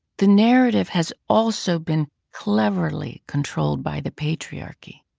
the narrative has also been cleverly controlled by the patriarchy.